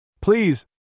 please